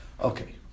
Okay